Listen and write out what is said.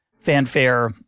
fanfare